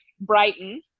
brighton